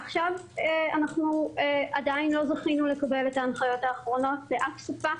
עכשיו עדיין לא זכינו לקבל את ההנחיות האחרונות באף שפה.